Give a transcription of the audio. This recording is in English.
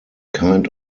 kind